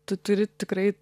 tu turi tikrai